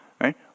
right